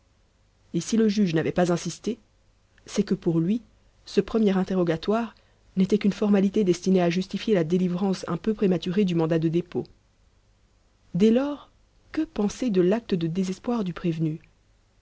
et si le juge n'avait pas insisté c'est que pour lui ce premier interrogatoire n'était qu'une formalité destinée à justifier la délivrance un peu prématurée du mandat de dépôt dès lors que penser de l'acte de désespoir du prévenu